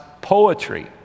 poetry